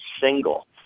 single